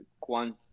quant